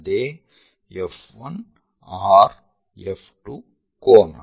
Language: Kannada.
ಅದೇ F1 R F2 ಕೋನ